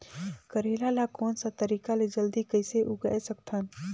करेला ला कोन सा तरीका ले जल्दी कइसे उगाय सकथन?